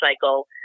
cycle